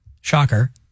shocker